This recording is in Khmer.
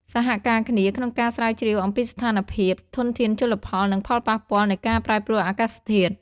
សហការគ្នាក្នុងការស្រាវជ្រាវអំពីស្ថានភាពធនធានជលផល និងផលប៉ះពាល់នៃការប្រែប្រួលអាកាសធាតុ។